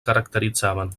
caracteritzaven